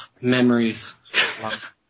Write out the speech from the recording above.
memories